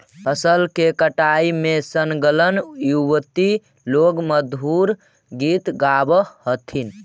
फसल के कटाई में संलग्न युवति लोग मधुर गीत गावऽ हथिन